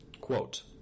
Quote